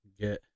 get